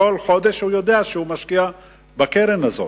הוא יודע שהוא כל חודש משקיע בקרן הזאת.